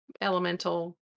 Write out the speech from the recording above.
elemental